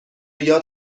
یاد